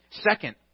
Second